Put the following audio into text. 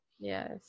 Yes